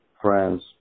France